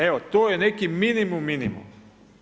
Evo to je neki minimum minimuma.